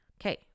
Okay